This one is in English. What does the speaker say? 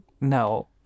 no